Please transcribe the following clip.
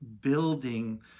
building